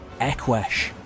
Ekwesh